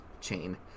chain